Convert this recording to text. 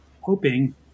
hoping